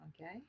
okay